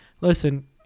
Listen